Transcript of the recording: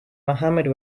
mohammad